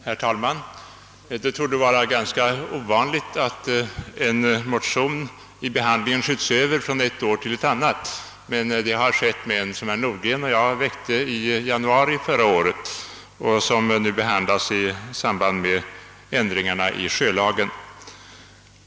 Herr talman! Det torde vara ganska ovanligt att en motion vid behandlingen skjuts över från ett år till ett annat, men det har skett med en motion som herr Nordgren och jag väckte i januari förra året och som nu behandlas i samband med ändringarna i sjölagen.